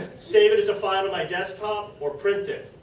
save it as a file to my desktop or print it.